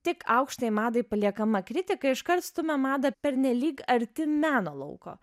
tik aukštajai madai paliekama kritika iškart stumia madą pernelyg arti meno lauko